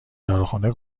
داروخانه